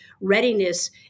readiness